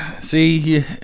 See